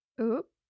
Oop